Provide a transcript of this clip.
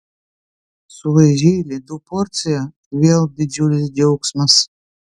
sulaižei ledų porciją vėl didžiulis džiaugsmas